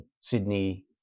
Sydney